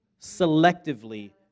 Selectively